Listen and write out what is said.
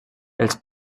els